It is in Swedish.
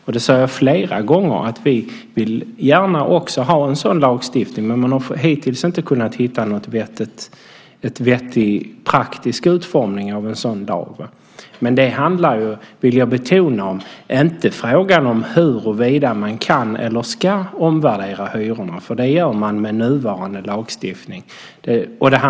Jag sade flera gånger att vi också gärna vill ha en sådan lagstiftning, men man har hittills inte kunnat hitta någon vettig praktisk utformning av en sådan lag. Men jag vill betona att det inte handlar om frågan om huruvida man kan eller ska omvärdera hyrorna, för det gör man med nuvarande lagstiftning.